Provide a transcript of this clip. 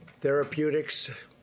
therapeutics